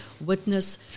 witness